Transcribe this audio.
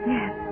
Yes